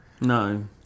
No